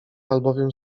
albowiem